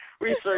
research